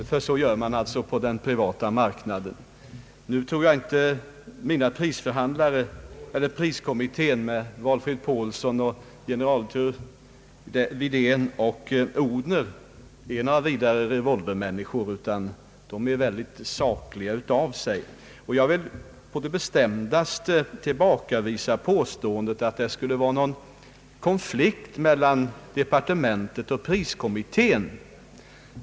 Så gör man på den privata marknaden, ansåg herr Nilsson. Nu tror jag inte att priskommittén, Valfrid Paulsson, generaldirektör Widén och Odhner, är några revolvermänniskor utan de är sakliga. Jag vill på det bestämdaste tillbakavisa påståendet att det skulle vara någon konflikt mellan departementet och priskommittén.